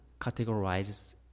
categorizes